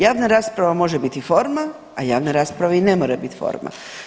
Javna rasprava može biti forma, a javna rasprava i ne mora biti forma.